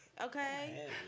Okay